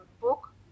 book